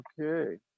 Okay